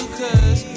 cause